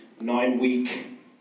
nine-week